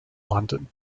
london